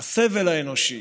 הסבל האנושי,